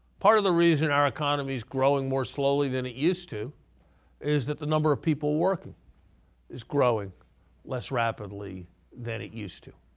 part of the reason our economy is growing more slowly than it used to is that the number of people working is growing less rapidly than it used to.